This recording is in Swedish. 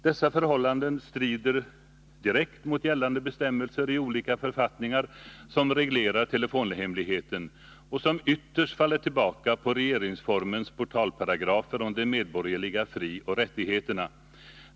Dessa förhållanden strider direkt mot gällande bestämmelser i olika författningar, som reglerar telefonhemligheten och som ytterst faller tillbaka på regeringsformens portalparagrafer om de medborgerliga frioch rättigheterna.